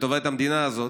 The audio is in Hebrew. לטובת המדינה הזאת,